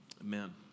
Amen